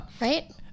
right